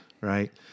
Right